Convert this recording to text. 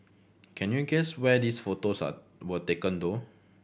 can you guess where these photos are were taken though